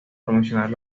promocionar